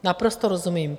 Naprosto rozumím.